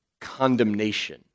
condemnation